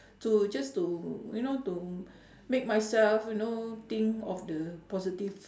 to just to you know to make myself you know think of the positive